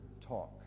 talk